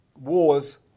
wars